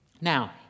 Now